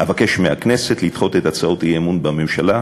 אבקש מהכנסת לדחות את הצעות האי-אמון בממשלה.